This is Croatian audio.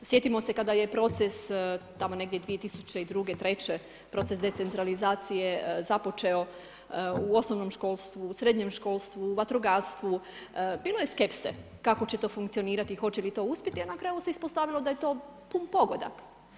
Sjetimo se kada je proces tamo negdje 2002., 2003. proces decentralizacije započeo u osnovnom školstvu, srednjem školstvu, vatrogastvu, bilo je skepse kako će to funkcionirati, hoće li to uspjeti, a na kraju se ispostavilo da je to pun pogodak.